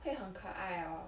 会很可爱 orh